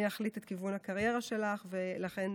אני אחליט על כיוון הקריירה שלך, ולכן